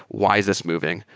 why is this moving?